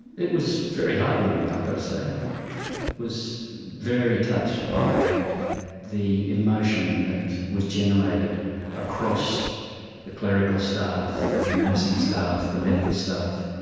it was very heart-warming i've got to say. i was very touched by the emotion that was generated across the clerical staff, the nursing staff, the medical staff.